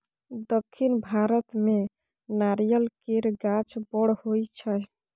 दक्खिन भारत मे नारियल केर गाछ बड़ होई छै